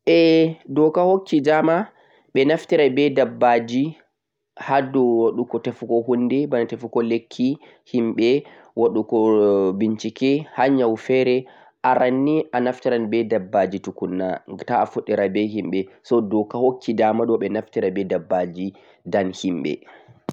Ae doka hukki dama ɓe naftira be dabbaji ha tefuki magani koh goduko magani kafin ɓe fuɗɗa hukkuki himɓe koh bo waɗugo bincike nyau fere. Arannii doka hokki dama on fuɗɗera be tabbaji kafin himɓe.